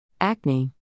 Acne